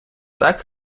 так